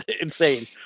insane